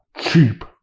cheap